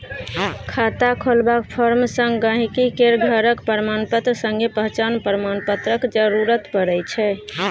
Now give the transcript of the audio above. खाता खोलबाक फार्म संग गांहिकी केर घरक प्रमाणपत्र संगे पहचान प्रमाण पत्रक जरुरत परै छै